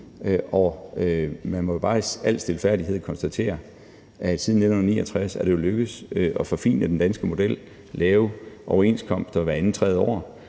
Og man må bare i al stilfærdighed konstatere, at siden 1969 er det jo lykkedes at forfine den danske model og lave overenskomster hvert andet-tredje år,